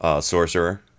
sorcerer